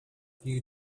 you